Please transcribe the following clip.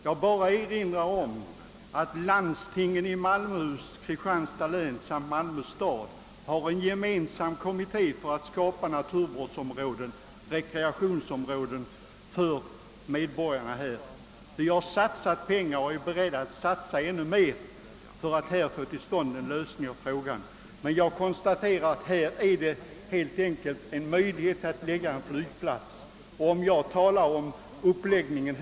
Jag vill erinra om att landstingen i Malmöhus och Kristianstads län samt Malmö stad har bildat en gemensam kommitté med uppgift att skapa naturvårdsoch rekreationsområden för medborgarna i Skåne. Vi har satsat pengar på det och är beredda att satsa ännu mer på den saken. Jag har bara konstaterat att vi kan förlägga en flygplats till det aktuella området.